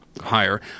higher